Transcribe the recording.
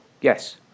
Yes